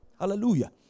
Hallelujah